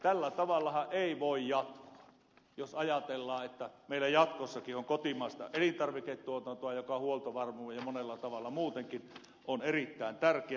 tällä tavallahan ei voi jatkua jos ajatellaan että meillä jatkossakin on kotimaista elintarviketuotantoa joka huoltovarmuudeltaan ja monella tavalla muutenkin on erittäin tärkeä